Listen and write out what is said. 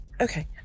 Okay